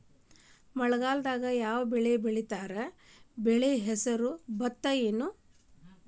ಮಳೆಗಾಲದಾಗ್ ಯಾವ್ ಬೆಳಿ ಬೆಳಿತಾರ, ಬೆಳಿ ಹೆಸರು ಭತ್ತ ಏನ್?